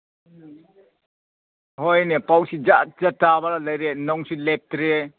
ꯍꯣꯏꯅꯦ ꯄꯥꯎꯁꯤ ꯖꯥꯠ ꯖꯥꯠ ꯇꯥꯕꯅ ꯂꯩꯔꯦ ꯅꯣꯡꯁꯨ ꯂꯦꯞꯇ꯭ꯔꯦ